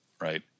Right